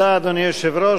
אדוני היושב-ראש,